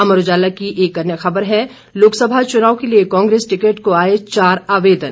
अमर उजाला की एक अन्य खबर है लोकसभा चुनाव के लिए कांग्रेस टिकट को आए चार आवेदन